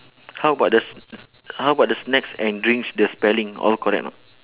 how about the sn~ how about the snacks and drinks the spelling all correct or not